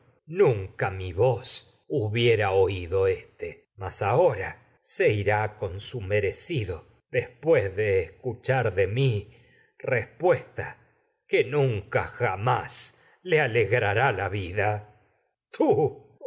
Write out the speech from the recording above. ca mi oído éste ahora mi se irá con su merecido nunca después de escuchar la el de respuesta que jamás le tenias alegrará el cetro vida tú